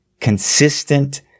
consistent